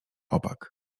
opak